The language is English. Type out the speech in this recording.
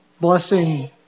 blessing